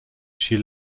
she